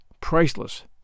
priceless